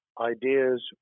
ideas